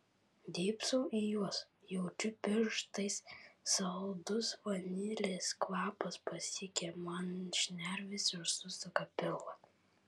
dėbsau į juos jaučiu pirštais saldus vanilės kvapas pasiekia man šnerves ir susuka pilvą